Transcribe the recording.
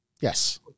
Yes